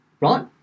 right